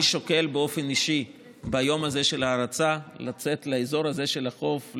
אני שוקל באופן אישי ביום הזה של ההרצה לצאת לאזור הזה של החוף,